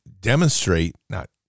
demonstrate—not